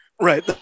Right